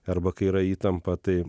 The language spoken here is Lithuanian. arba kai yra įtampa tai